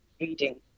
reading